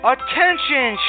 Attention